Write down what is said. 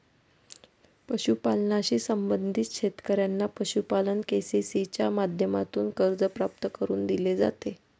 पशुपालनाशी संबंधित शेतकऱ्यांना पशुपालन के.सी.सी च्या माध्यमातून कर्ज प्राप्त करून दिले जाते